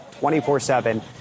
24-7